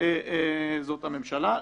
זאת הממשלה.